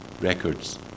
records